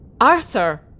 Arthur